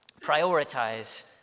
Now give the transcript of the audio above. Prioritize